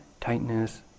tightness